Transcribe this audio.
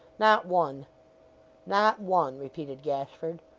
not one not one repeated gashford.